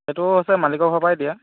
সেইটো অৱশ্যে মালিকৰ ঘৰৰপৰাই দিয়া